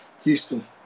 Houston